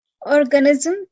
organism